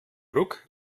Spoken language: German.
ruck